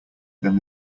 then